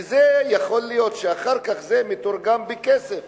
כי יכול להיות שאחר כך זה מתורגם לכסף.